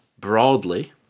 broadly